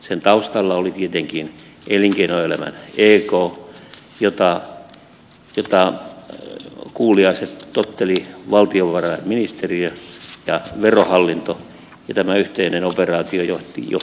sen taustalla olivat tietenkin elinkeinoelämän ek jota kuuliaiset tottelivat valtiovarainministeriö ja verohallinto ja tämä yhteinen operaatio johti tähän